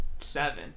seven